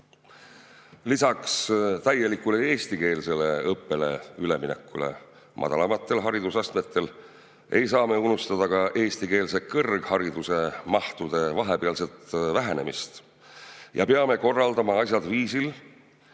Lisaks täielikule eestikeelsele õppele üleminekule madalamatel haridusastmetel ei saa me unustada ka eestikeelse kõrghariduse mahtude vahepealset vähenemist. Me peame korraldama asjad viisil,